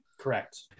Correct